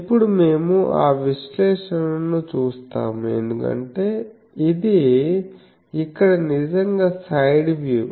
ఇప్పుడు మేము ఆ విశ్లేషణను చూస్తాము ఎందుకంటే ఇది ఇక్కడ నిజంగా సైడ్ వ్యూ